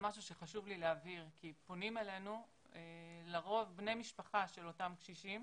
משהו שחשוב לי להבהיר כי פונים אלינו לרוב בני משפחה של אותם קשישים